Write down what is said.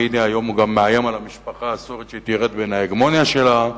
והנה היום הוא גם מאיים על המשפחה הסורית שהיא תרד מההגמוניה שלה.